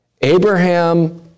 Abraham